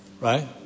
right